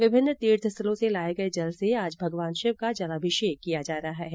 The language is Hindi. विभिन्न तीर्थ स्थलों से लाये गये जल से आज भगवान शिव का जलअभिषेक किया जा रहा है